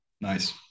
Nice